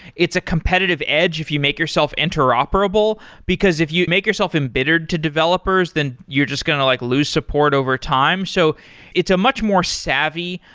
it's a competitive edge if you make yourself interoperable, because if you make yourself embittered to developers, then you're just going to like loose support over time. so it's a much more savvy,